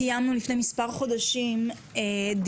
קיימנו לפני מספר חודשים דיון